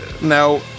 now